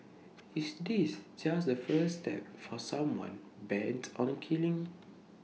is this just the first step for someone bent on killing